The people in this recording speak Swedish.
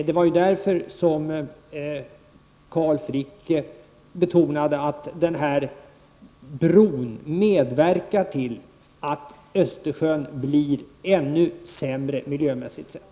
Det var därför som Carl Frick betonade att denna bro medverkar till att Östersjön blir ännu mer förstörd, miljömässigt sett.